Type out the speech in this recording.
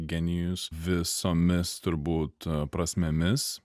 genijus visomis turbūt prasmėmis